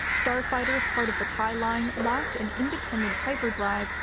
starfighters part of the tie line lacked an independent hyperdrive,